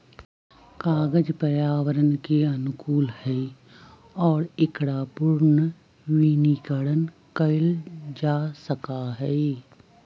कागज पर्यावरण के अनुकूल हई और एकरा पुनर्नवीनीकरण कइल जा सका हई